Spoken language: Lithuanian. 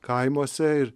kaimuose ir